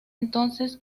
entonces